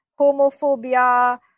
homophobia